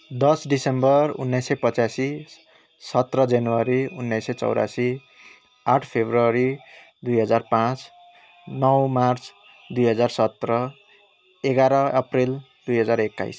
दस दिसम्बर उन्नाइस सय पच्यासी सत्र जनवरी उन्नाइस सय चौरासी आठ फरवरी दुई हजार पाँच नौ मार्च दुई हजार सत्र एघाह्र अप्रेल दुई हजार एक्काइस